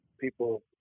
people